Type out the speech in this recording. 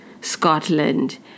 Scotland